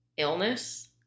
illness